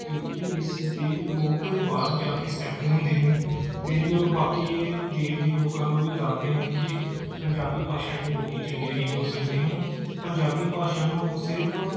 ਕਿਉਂਕਿ ਇਸ ਦੇ ਲੋਕ ਬਾਹਰ ਜਾ ਕੇ ਸੈਟਲ ਹੁੰਦੇ ਹਨ ਅਤੇ ਲੋਕ ਬਾਕੀ ਦੇਸ਼ ਦੇ ਲੋਕਾਂ ਨੂੰ ਵੀ ਦੱਸਦੇ ਹਨ ਕਿ ਪੰਜਾਬੀ ਭਾਸ਼ਾ ਦੇ ਲੋਕੀ ਚੰਗੇ ਵੀ ਹੋ ਸਕਦੇ ਹਨ ਪੰਜਾਬੀ ਭਾਸ਼ਾ ਨੂੰ ਸਿਰਫ਼